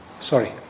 sorry